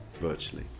virtually